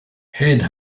head